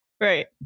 Right